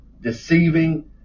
deceiving